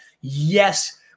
Yes